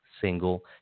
single